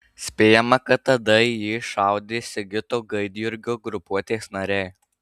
spėjama kad tada į jį šaudė sigito gaidjurgio grupuotės nariai